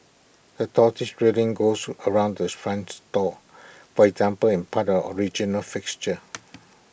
the turquoise railing goes around the front store for example in part of original fixtures